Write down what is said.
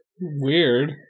Weird